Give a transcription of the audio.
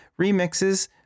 remixes